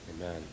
Amen